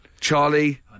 Charlie